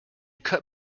cut